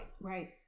Right